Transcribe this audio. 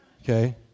okay